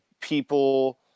people